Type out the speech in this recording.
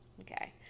Okay